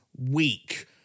week